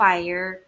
Fire